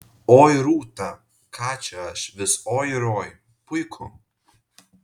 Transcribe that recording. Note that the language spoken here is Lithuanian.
oi rūta ką čia aš vis oi ir oi puiku